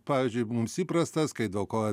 pavyzdžiui mums įprastas kai dėl ko